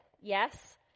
Yes